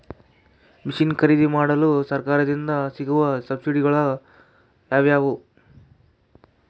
Mission ಖರೇದಿಮಾಡಲು ಸರಕಾರದಿಂದ ಸಿಗುವ ಸಬ್ಸಿಡಿಗಳು ಯಾವುವು?